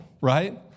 right